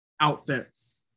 outfits